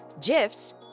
gifs